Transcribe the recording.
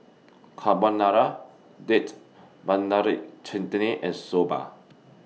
Carbonara Date Tamarind Chutney and Soba